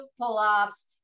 pull-ups